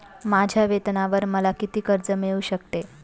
माझ्या वेतनावर मला किती कर्ज मिळू शकते?